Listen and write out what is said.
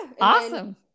Awesome